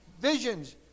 visions